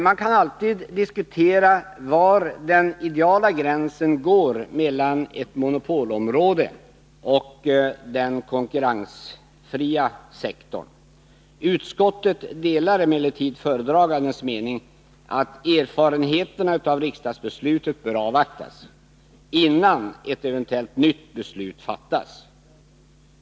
Man kan alltid diskutera var den ideala gränsen går mellan ett monopolområde och den konkurrensfria sektorn. Utskottet delar emellertid föredragandens mening att erfarenheterna av riksdagsbeslutet bör avvaktas innan ett eventuellt nytt beslut fattas.